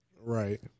right